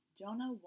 Jonah